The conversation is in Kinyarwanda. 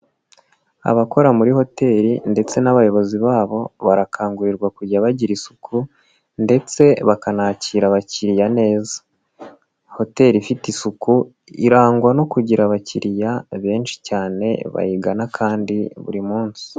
Abakora muri hoteri ndetse n'abayobozi babo barakangurirwa kujya bagira isuku ndetse bakanakira abakiriya neza. Hoteri ifite isuku irangwa no kugira abakiriya benshi cyane, bayingana kandi buri munsi.